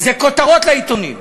זה כותרות לעיתונים.